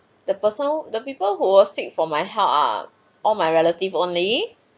the person who the people who will seek for my help ah all my relative only